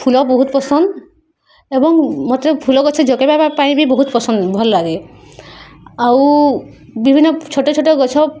ଫୁଲ ବହୁତ ପସନ୍ଦ ଏବଂ ମୋତେ ଫୁଲ ଗଛ ଯୋଗାଇବାବା ପାଇଁ ବି ବହୁତ ପସନ୍ଦ ଭଲ ଲାଗେ ଆଉ ବିଭିନ୍ନ ଛୋଟ ଛୋଟ ଗଛ